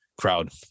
crowd